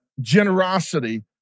generosity